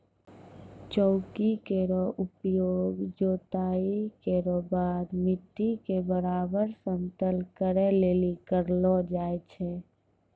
चौकी केरो उपयोग जोताई केरो बाद मिट्टी क बराबर समतल करै लेलि करलो जाय छै